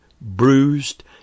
bruised